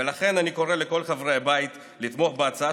ולכן אני קורא לכל חברי הבית לתמוך בהצעה